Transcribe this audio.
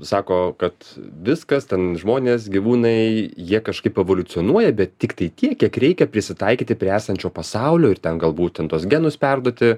sako kad viskas ten žmonės gyvūnai jie kažkaip evoliucionuoja bet tiktai tiek kiek reikia prisitaikyti prie esančio pasaulio ir ten gal būtent tuos genus perduoti